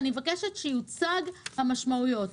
אני מבקשת שיוצגו המשמעויות.